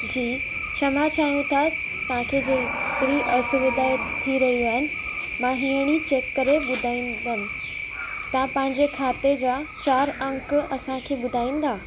जी क्षमा चाहियूं था तव्हांखे जे एतरी असुविधा थी रहियूं आहिनि मां हींअर ई चैक करे ॿुधाईंदमि तव्हां पंहिंजे खाते जा चारि अंग असांखे ॿुधाईंदा